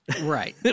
right